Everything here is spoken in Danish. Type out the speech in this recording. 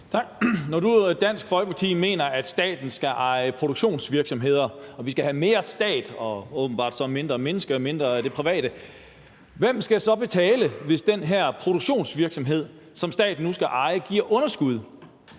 Når nu Dansk Folkeparti mener, at staten skal eje produktionsvirksomheder, og at vi skal have mere stat og så åbenbart mindre menneske og mindre af det private, hvem skal så betale, hvis den her produktionsvirksomhed, som staten nu skal eje, giver underskud?